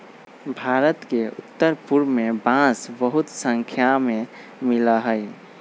भारत के उत्तर पूर्व में बांस बहुत स्नाख्या में मिला हई